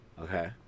Okay